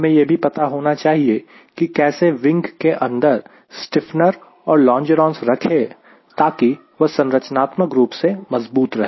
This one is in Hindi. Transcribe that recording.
हमें यह भी पता होना चाहिए कि कैसे विंग के अंदर स्टीफनर और लोंगेरोन्स रखें ताकि वह संरचनात्मक रूप से मजबूत रहे